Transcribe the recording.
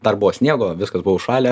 dar buvo sniego viskas buvo užšalę